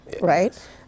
right